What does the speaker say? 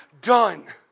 done